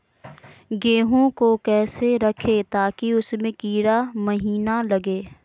गेंहू को कैसे रखे ताकि उसमे कीड़ा महिना लगे?